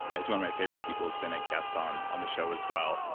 he's one of my favorite people, he's been a guest on on this show as well,